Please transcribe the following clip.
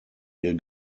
ihr